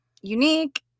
unique